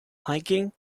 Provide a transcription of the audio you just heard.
hiking